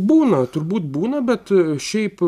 būna turbūt būna bet šiaip